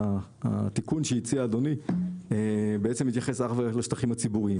התיקון שהציע אדוני מתייחס אך ורק לשטחים הציבוריים.